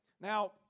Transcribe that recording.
Now